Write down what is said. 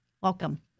Welcome